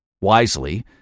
Wisely